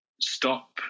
stop